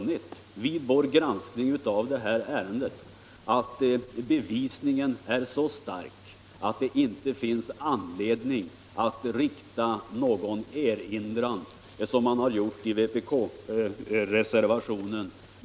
Vi har vid vår granskning av ärendet konstaterat att bevisningen är så stark att det inte finns anledning att framställa någon erinran mot statsrådet Leijon, som man har gjort i vpkreservationen.